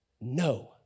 no